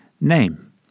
name